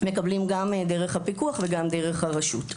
מקבלים גם דרך הפיקוח וגם דרך הרשות.